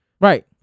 Right